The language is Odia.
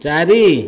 ଚାରି